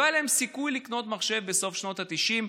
לא היה להם סיכוי לקנות מחשב בסוף שנות התשעים.